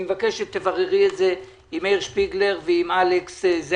אני מבקש שתבררי את זה עם מאיר שפיגלר ועם חבר הכנסת אלכס קושניר.